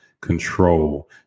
control